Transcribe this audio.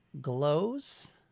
glows